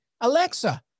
Alexa